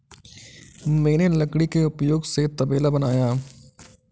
मैंने लकड़ी के उपयोग से तबेला बनाया